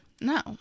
No